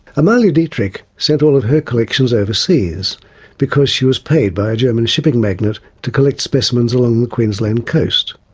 amalie dietrich sent all of her collections overseas because she was paid by a german shipping magnate to collect specimens along the queensland coast.